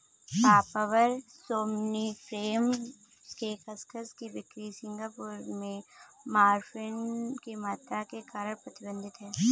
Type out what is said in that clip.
papaver somniferum के खसखस की बिक्री सिंगापुर में मॉर्फिन की मात्रा के कारण प्रतिबंधित है